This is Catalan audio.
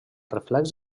reflex